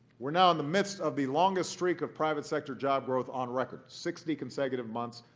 we're now in the midst of the longest streak of private sector job growth on record sixty consecutive months,